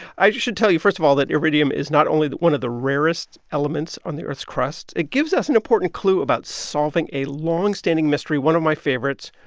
i should tell you, first of all, that iridium is not only one of the rarest elements on the earth's crust. it gives us an important clue about solving a long-standing mystery, one of my favorites,